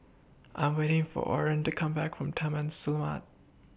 I'm waiting For Orren to Come Back from Taman Selamat